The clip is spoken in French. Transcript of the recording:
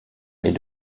est